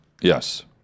Yes